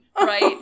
right